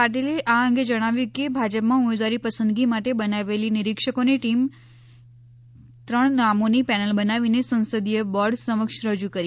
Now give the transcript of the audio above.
પાટીલે આ અંગે જણાવ્યું કે ભાજપમાં ઉમેદવારો પસંદગી માટે બનાવેલી નિરીક્ષકોની ટીમે ત્રણ નામોની પેનલ બનાવીને સંસદીય બોર્ડ સમક્ષ રજૂ કરી હતી